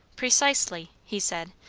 precisely he said,